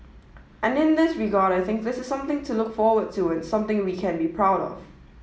and in this regard I think this is something to look forward to and something we can be proud of